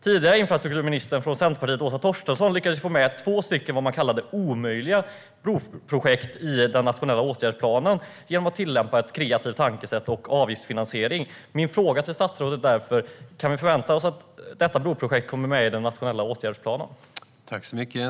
Tidigare infrastrukturministern Åsa Torstensson från Centerpartiet lyckades få med två vad man kallade för omöjliga broprojekt i den nationella åtgärdsplanen genom att tillämpa ett kreativt tankesätt och avgiftsfinansiering. Min fråga till statsrådet är därför: Kan vi förvänta oss att detta broprojekt kommer med i den nationella åtgärdsplanen?